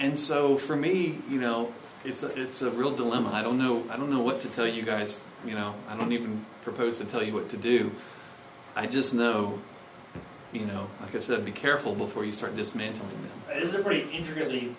and so for me you know it's a it's a real dilemma i don't know i don't know what to tell you guys you know i don't even propose to tell you what to do i just know you know it's the be careful before you start dismantling i